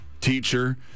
teacher